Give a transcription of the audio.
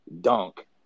dunk